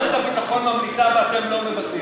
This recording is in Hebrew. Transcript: על כמה דברים מערכת הביטחון ממליצה ואתם לא מבצעים?